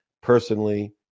personally